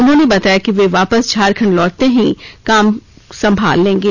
उन्होंने बताया कि वे वापस झारखंड लौटते ही काम काज संभाल लेंगें